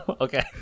Okay